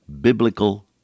biblical